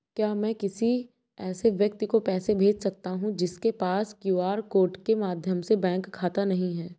क्या मैं किसी ऐसे व्यक्ति को पैसे भेज सकता हूँ जिसके पास क्यू.आर कोड के माध्यम से बैंक खाता नहीं है?